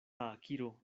akiro